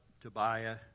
Tobiah